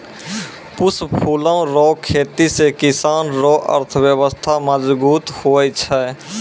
पुष्प फूलो रो खेती से किसान रो अर्थव्यबस्था मजगुत हुवै छै